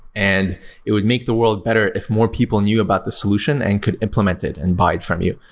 and it would make the world better if more people knew about the solution and could implement it and buy it from you.